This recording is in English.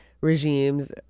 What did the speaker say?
regimes